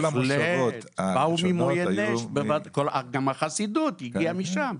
בהחלט, גם החסידות הגיעה משם.